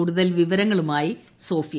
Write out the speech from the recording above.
കൂടുതൽ വിവരങ്ങളുമായി സോഫിയ